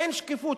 אין שקיפות.